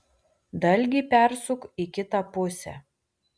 dalgį persuk į kitą pusę